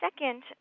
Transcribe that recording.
Second